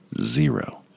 Zero